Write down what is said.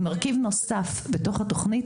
מרכיב נוסף בתוך התוכנית,